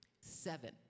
Seven